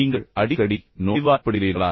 நீங்கள் அடிக்கடி நோய்வாய்ப்படுகிறீர்களா